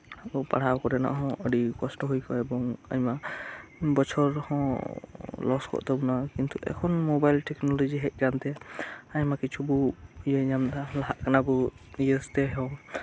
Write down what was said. ᱟᱵᱚ ᱯᱟᱲᱦᱟᱣ ᱠᱚᱨᱮᱱᱟᱜ ᱦᱚᱸ ᱟᱹᱰᱤ ᱠᱚᱥᱴᱚ ᱦᱩᱭ ᱠᱚᱜᱼᱟ ᱮᱵᱚᱝ ᱟᱭᱢᱟ ᱵᱚᱪᱷᱚᱨ ᱦᱚᱸ ᱞᱚᱥ ᱠᱚᱜ ᱛᱟᱵᱚᱱᱟ ᱠᱤᱱᱛᱩ ᱮᱠᱷᱚᱱ ᱢᱳᱵᱟᱭᱤᱞ ᱴᱮᱠᱱᱳᱞᱚᱜᱤ ᱦᱮᱡ ᱠᱟᱱᱛᱮ ᱟᱭᱢᱟ ᱠᱤᱪᱷᱩ ᱵᱚᱱ ᱯᱟᱱᱛᱮ ᱧᱟᱢ ᱮᱫᱟ ᱞᱟᱦᱟᱜ ᱠᱟᱱᱟ ᱵᱚ ᱯᱟᱱᱛᱮ ᱥᱟᱛᱮᱫ ᱦᱚᱸ